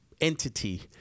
entity